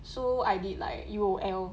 so I did like U_O_L